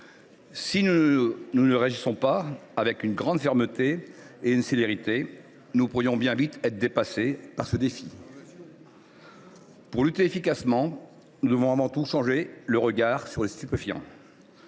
Si nous ne réagissons pas avec fermeté et célérité, nous pourrions bien être dépassés par ce défi. Pour lutter efficacement, nous devons avant tout changer de regard sur les stupéfiants.